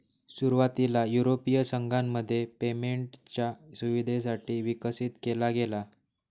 सुरुवातीला युरोपीय संघामध्ये पेमेंटच्या सुविधेसाठी विकसित केला गेला